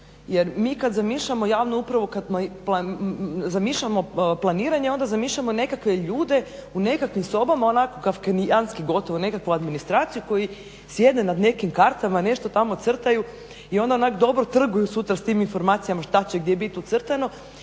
Jer mi kada zamišljamo javnu upravu, kada zamišljamo planiranje onda zamišljamo i nekakve ljude u nekakvim sobama onako kafkijanski gotovo nekakvu administraciju koji sjede nad nekim kartama, nešto tamo crtaju i onda onako dobro trguju sutra sa tim informacijama šta će gdje biti ucrtano.